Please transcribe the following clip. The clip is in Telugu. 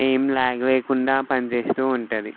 ఏం ల్యాగ్ లేకుండా పనిచేస్తూ ఉంటుంది